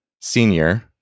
senior